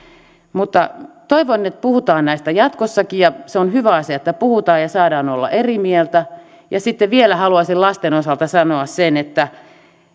mutta toivon että puhutaan näistä jatkossakin ja se on hyvä asia että puhutaan ja saadaan olla eri mieltä sitten vielä haluaisin lasten osalta sanoa sen että